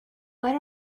what